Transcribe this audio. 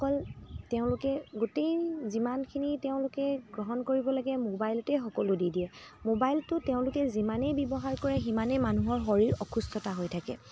অকল তেওঁলোকে গোটেই যিমানখিনি তেওঁলোকে গ্ৰহণ কৰিব লাগে মোবাইলতেই সকলো দি দিয়ে মোবাইলটো তেওঁলোকে যিমানেই ব্যৱহাৰ কৰে সিমানেই মানুহৰ শৰীৰ অসুষ্ঠতা হৈ থাকে